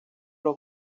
los